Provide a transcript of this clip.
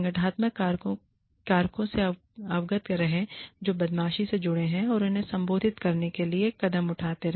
संगठनात्मक कारकों से अवगत रहें जो बदमाशी से जुड़े हैं और उन्हें संबोधित करने के लिए कदम उठाते हैं